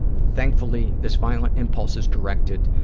thankfully, this violent impulse is directed